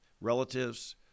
relatives